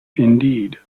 indeed